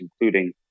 including